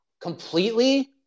completely